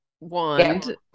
wand